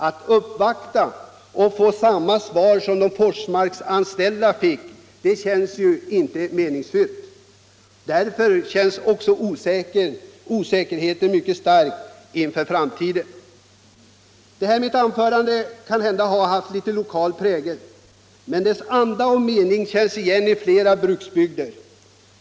Att uppvakta och få samma svar som de Forsmarksanställda känns inte meningsfullt. Därför är också osäkerheten inför framtiden stor. Mitt anförande har varit mycket lokalt präglat, men dess anda och mening känns nog igen i flera bruksorter.